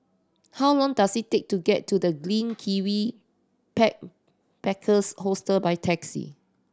how long does it take to get to The Green Kiwi Pack Packers Hostel by taxi